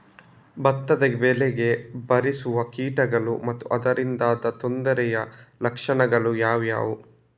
ಭತ್ತದ ಬೆಳೆಗೆ ಬಾರಿಸುವ ಕೀಟಗಳು ಮತ್ತು ಅದರಿಂದಾದ ತೊಂದರೆಯ ಲಕ್ಷಣಗಳು ಯಾವುವು?